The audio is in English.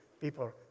people